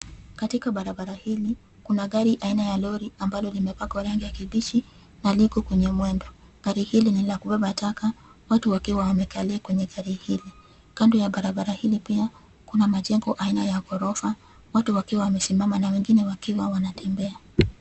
Katika barabara hili, kuna gari aina ya lori ambalo limepakwa rangi ya kibichi na liko kwenye mwendo. Gari hili ni la kubeba taka watu wakiwa wamekalia gari kwenye hili. Kando ya barabara hili pia, kuna majengo aina ya gorofa watu wakiwa wamesimama na wengine wakiwa wanatembea.